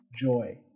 joy